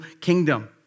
kingdom